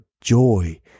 joy